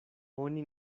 oni